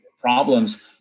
problems